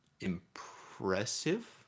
impressive